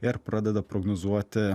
ir pradeda prognozuoti